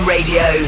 Radio